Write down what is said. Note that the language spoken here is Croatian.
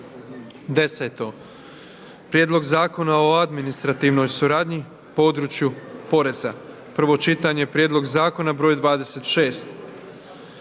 10. Prijedlog zakona o administrativnoj suradnji u području poreza, prvo čitanje, P.Z. br. 26,